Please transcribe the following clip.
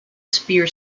spear